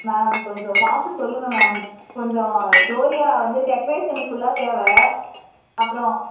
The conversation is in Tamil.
மேம் கொஞ்சம் பார்த்து சொல்லுங்கள் மேம் கொஞ்சம் டோரியா வந்து டெக்ரேஷனுக்கு ஃபுல்லாக தேவை அப்புறோம்